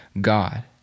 God